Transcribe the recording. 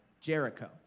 Jericho